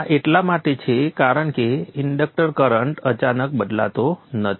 આ એટલા માટે છે કારણ કે ઇન્ડક્ટર કરંટ અચાનક બદલાતો નથી